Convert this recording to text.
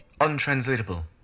Untranslatable